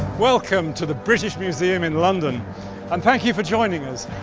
welcome to the british museum in london and thank you for joining us.